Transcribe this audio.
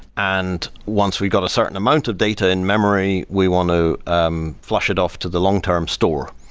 and once we got a certain amount of data in-memory, we want to um flush it off to the long-term store.